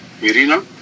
Irina